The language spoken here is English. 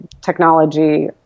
technology